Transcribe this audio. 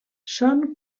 són